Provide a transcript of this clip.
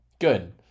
good